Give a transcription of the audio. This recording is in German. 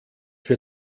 wir